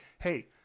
hey